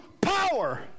power